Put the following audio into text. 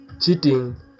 cheating